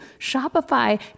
Shopify